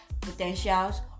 potentials